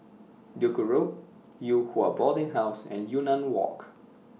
Duku Road Yew Hua Boarding House and Yunnan Walk